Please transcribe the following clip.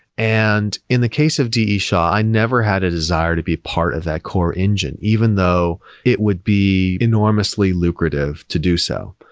and in the case of d e. shaw, i never had a desire to be part of that core engine, even though it would be enormously lucrative to do so.